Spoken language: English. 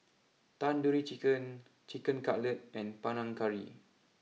Tandoori Chicken Chicken Cutlet and Panang Curry